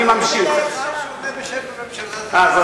עונה בשם הממשלה, אה.